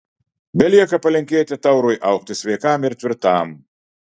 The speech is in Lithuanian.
belieka palinkėti taurui augti sveikam ir tvirtam